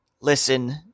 listen